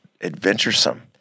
adventuresome